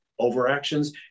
overactions